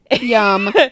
Yum